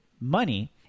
money